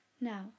Now